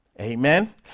amen